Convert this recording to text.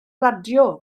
radio